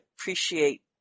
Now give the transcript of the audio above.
appreciate